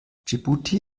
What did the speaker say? dschibuti